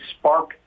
Spark